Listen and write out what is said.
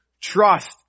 trust